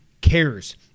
cares